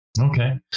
Okay